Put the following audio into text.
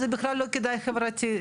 זה בגלל לא כדאי כלכלית.